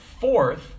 fourth